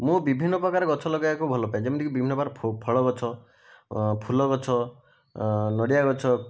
ମୁଁ ବିଭିନ୍ନ ପ୍ରକାର ଗଛ ଲଗାଇବାକୁ ଭଲ ପାଏ ଯେମିତି କି ବିଭିନ୍ନ ପ୍ରକାର ଫଳ ଗଛ ଫୁଲ ଗଛ ନଡ଼ିଆ ଗଛ